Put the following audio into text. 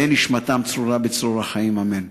תהא נשמתם צרורה בצרור החיים, אמן.